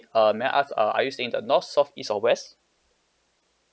uh may I ask uh are you staying in the north south east or west